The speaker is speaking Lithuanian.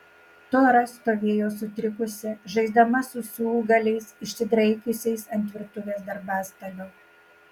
tora stovėjo sutrikusi žaisdama su siūlgaliais išsidraikiusiais ant virtuvės darbastalio